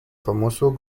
famoso